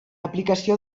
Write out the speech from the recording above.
aplicació